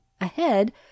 ahead